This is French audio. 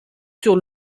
sur